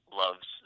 loves